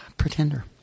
Pretender